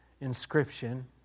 inscription